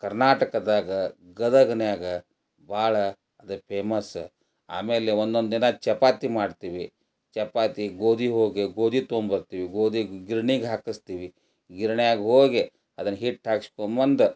ಕರ್ನಾಟಕದಾಗ ಗದಗಿನ್ಯಾಗ ಭಾಳ ಅದು ಫೇಮಸ್ಸ ಆಮೇಲೆ ಒಂದೊಂದು ದಿನ ಚಪಾತಿ ಮಾಡ್ತೀವಿ ಚಪಾತಿ ಗೋಧಿ ಹೋಗಿ ಗೋಧಿ ತಗೊಂಡ್ಬರ್ತೀವಿ ಗೋಧಿ ಗಿರ್ಣಿಗೆ ಹಾಕಿಸ್ತೀವಿ ಗಿರ್ಣ್ಯಾಗ ಹೋಗಿ ಅದನ್ನ ಹಿಟ್ಟು ಹಾಕ್ಸ್ಕೊಂಡ್ಬಂದು